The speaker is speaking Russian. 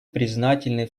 признательны